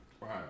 Right